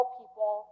people